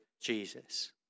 Jesus